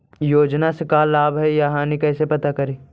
योजना से का लाभ है या हानि कैसे पता करी?